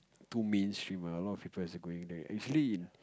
too mainstream ah a lot of people still keep going there actually in